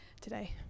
today